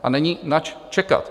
A není nač čekat.